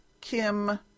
Kim